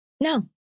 No